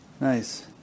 Nice